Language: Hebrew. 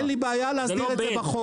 אין לי בעיה להסדיר את זה בחוק.